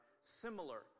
similar